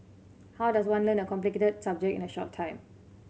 how does one learn a complicated subject in a short time